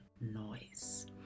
noise